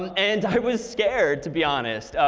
and i was scared to be honest.